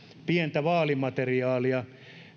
pientä vaalimateriaalia